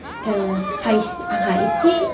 साइस आंहा एसे